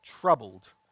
troubled